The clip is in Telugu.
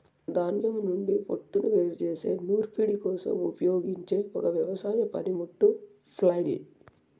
ధాన్యం నుండి పోట్టును వేరు చేసే నూర్పిడి కోసం ఉపయోగించే ఒక వ్యవసాయ పనిముట్టు ఫ్లైల్